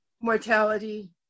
mortality